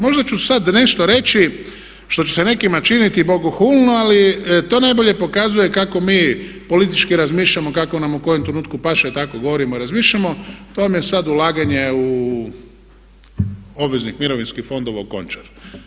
Možda ću sad nešto reći što će se nekima čini bogohulno ali to najbolje pokazuje kako mi politički razmišljamo kako nam u kojem trenutku paše, tako govorimo i razmišljamo, to vam je sad ulaganje u obveznih mirovinskih fondova u Končar.